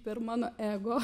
per mano ego